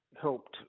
helped